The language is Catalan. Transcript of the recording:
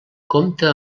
compta